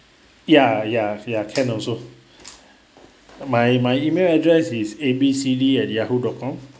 ya ya ya can also my my email address is A B C D at yahoo dot com